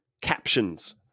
captions